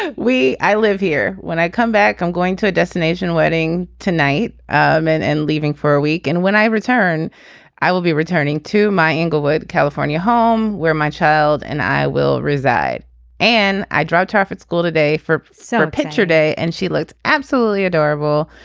ah we. i live here. when i come back i'm going to a destination wedding tonight um and and leaving for a week and when i return i will be returning to my inglewood california home where my child and i will reside and i dropped her off at school today for so picture day and she looked absolutely adorable.